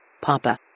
Papa